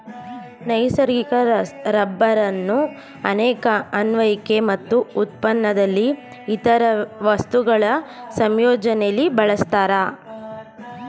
ನೈಸರ್ಗಿಕ ರಬ್ಬರನ್ನು ಅನೇಕ ಅನ್ವಯಿಕೆ ಮತ್ತು ಉತ್ಪನ್ನದಲ್ಲಿ ಇತರ ವಸ್ತುಗಳ ಸಂಯೋಜನೆಲಿ ಬಳಸ್ತಾರೆ